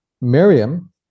Miriam